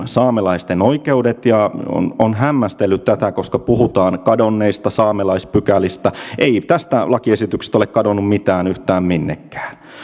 saamelaisten oikeudet ja olen hämmästellyt tätä koska puhutaan kadonneista saamelaispykälistä ei tästä lakiesityksestä ole kadonnut mitään yhtään minnekään